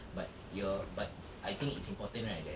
but your but I think it's important right that